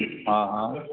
હા હા